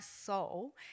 soul